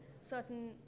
certain